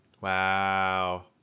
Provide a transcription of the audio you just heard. Wow